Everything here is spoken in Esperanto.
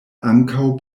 ankaŭ